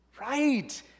Right